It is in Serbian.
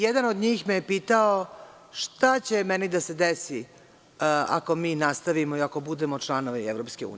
Jedan od njih me je pitao – šta će meni da se desi ako mi nastavimo i ako budemo članovi EU?